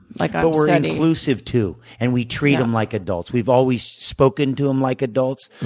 like ah we're and inclusive, too, and we treat them like adults. we've always spoken to them like adults.